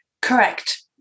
Correct